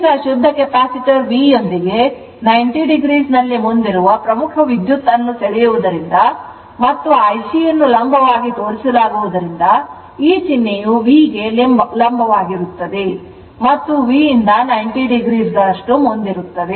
ಈಗ ಶುದ್ಧ capacitor V ಯೊಂದಿಗೆ 90o ನಲ್ಲಿ ಮುಂದಿರುವ ಪ್ರಮುಖ ವಿದ್ಯುತ್ ಅನ್ನು ಸೆಳೆಯುವುದರಿಂದ ಮತ್ತು IC ಯನ್ನು ಲಂಬವಾಗಿ ತೋರಿಸಲಾಗುವುದರಿಂದ ಈ ಚಿಹ್ನೆಯು V ಗೆ ಲಂಬವಾಗಿರುತ್ತದೆ ಮತ್ತು V ಯಿಂದ 90o ಮುಂದಿರುತ್ತದೆ